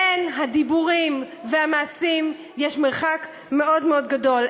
בין הדיבורים והמעשים יש מרחק מאוד מאוד גדול.